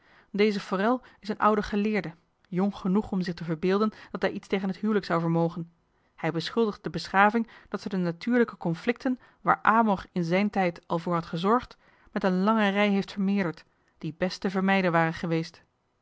deze forel is een oude geleerde jong genoeg om zich te verbeelden dat hij iets tegen het huwelijk zou vermogen hij beschuldigt de beschaving dat ze de natuurlijke conflicten waar amor in zijn tijd al voor had gezorgd met een lange rij heeft vermeerderd die best te vermijden waren geweest